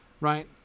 right